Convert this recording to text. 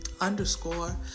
underscore